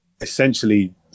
essentially